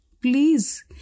Please